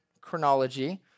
chronology